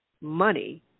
money